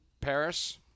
Paris